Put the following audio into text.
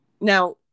now